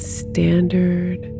standard